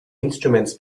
instruments